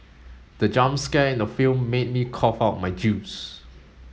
the jump scare in the film made me cough out my juice